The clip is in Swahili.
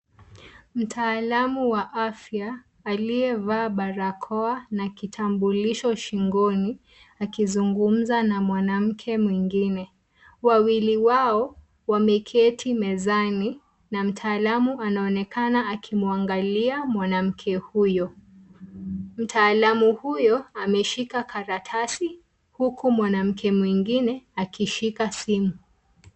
Mtaalamu wa afya aliyevaa barakoa na kitambulisho shingoni akizungumza na mwanamke mwingine. Wawili wao wameketi mezani na mtaalamu anaonekana akimwangalia mwanamke huyo. Mtaalamu huyo ameshika karatasi huku mwanamke mwingine akishika simu.